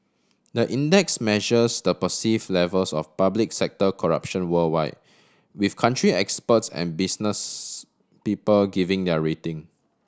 the index measures the perceive levels of public sector corruption worldwide with country experts and business people giving their rating